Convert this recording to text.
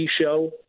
show